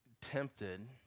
tempted